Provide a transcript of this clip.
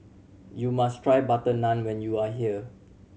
you must try butter naan when you are here